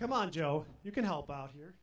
come on joe you can help out here